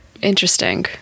Interesting